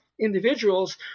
individuals